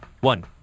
one